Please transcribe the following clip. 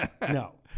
no